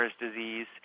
disease